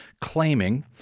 claiming